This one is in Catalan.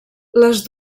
les